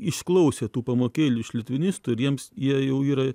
išklausė tų pamokėlių iš litvinistų ir jiems jie jau yra